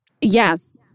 Yes